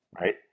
right